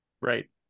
Right